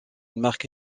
marque